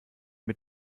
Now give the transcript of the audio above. mit